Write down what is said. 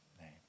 name